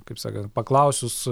kaip sakant paklausius